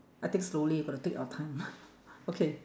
I take slowly we got to take our time okay